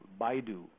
Baidu